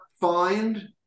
find